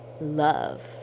love